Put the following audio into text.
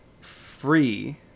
free